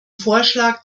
vorschlag